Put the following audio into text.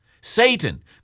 Satan